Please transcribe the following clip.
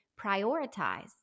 prioritize